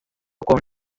con